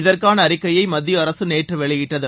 இதற்கான அறிவிக்கையை மத்திய அரசு நேற்று வெளியிட்டது